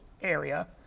area